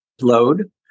load